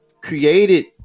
created